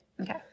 Okay